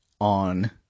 on